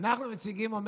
"אנחנו מציגים בפניכם",